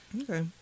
okay